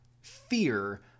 fear